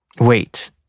Wait